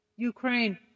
Ukraine